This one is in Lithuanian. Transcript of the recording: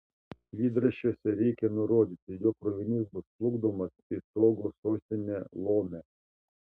lydraščiuose reikią nurodyti jog krovinys bus plukdomas į togo sostinę lomę